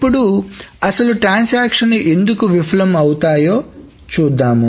ఇప్పుడు అసలు ట్రాన్సాక్షన్లు ఎందుకు విఫలం అవుతాయో చూద్దాం